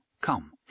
Come